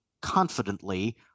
confidently